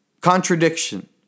Contradiction